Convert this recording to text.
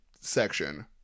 section